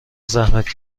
زحمت